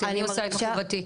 אני עושה את חובתי.